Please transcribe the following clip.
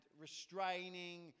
restraining